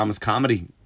Comedy